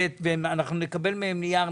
ב' ואנחנו נקבל מהם נייר,